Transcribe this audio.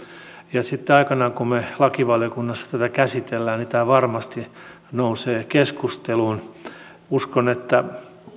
ja sitten aikanaan kun me lakivaliokunnassa tätä käsittelemme tämä varmasti nousee keskusteluun uskon että